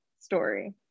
story